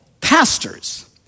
pastors